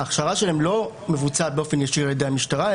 ההכשרה שלהם לא מבוצעת באופן ישיר על ידי המשטרה,